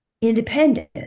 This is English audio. independent